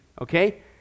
okay